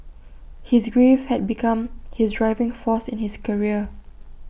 his grief had become his driving force in his career